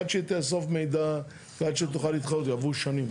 עד שהיא תאסוף מידע ועד שהיא תוכל להתחרות יעברו שנים.